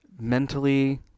mentally